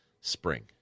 spring